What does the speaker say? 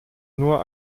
nur